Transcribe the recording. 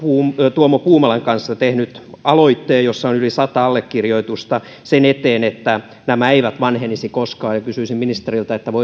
tuomo puumalan kanssa tehnyt aloitteen jossa on yli sata allekirjoitusta sen eteen että nämä eivät vanhenisi koskaan kysyisin ministeriltä